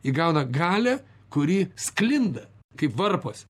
įgauna galią kuri sklinda kaip varpas